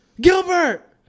Gilbert